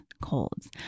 colds